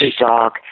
dog